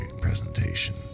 presentation